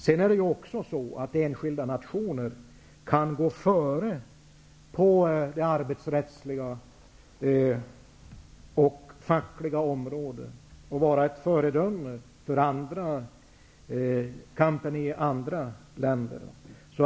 Det är ju också så att enskilda nationer kan gå före på det arbetsrättsliga och fackliga området och vara ett föredöme för kampen i andra länder.